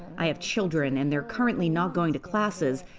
i have children, and they're currently not going to classes.